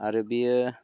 आरो बियो